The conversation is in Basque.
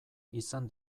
izan